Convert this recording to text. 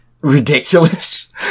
ridiculous